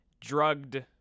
drugged